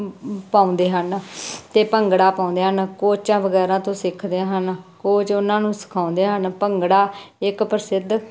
ਪਾਉਂਦੇ ਹਨ ਅਤੇ ਭੰਗੜਾ ਪਾਉਂਦੇ ਹਨ ਕੋਚਾਂ ਵਗੈਰਾ ਤੋਂ ਸਿੱਖਦੇ ਹਨ ਕੋਚ ਉਹਨਾਂ ਨੂੰ ਸਿਖਾਉਂਦੇ ਹਨ ਭੰਗੜਾ ਇੱਕ ਪ੍ਰਸਿੱਧ